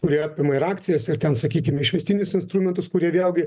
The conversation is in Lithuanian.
kurie apima ir akcijas ir ten sakykim išvestinius instrumentus kurie vėlgi